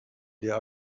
der